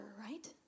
right